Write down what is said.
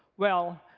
well,